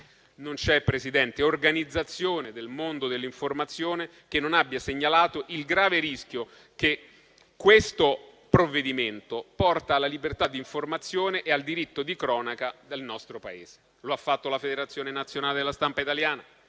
Non c'è, signor Presidente, organizzazione del mondo dell'informazione che non abbia segnalato il grave rischio che questo provvedimento porta alla libertà di informazione e al diritto di cronaca del nostro Paese. Lo ha fatto la Federazione nazionale della stampa italiana;